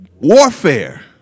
warfare